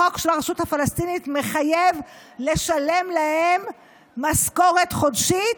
החוק של הרשות הפלסטינית מחייב לשלם להם משכורת חודשית,